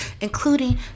Including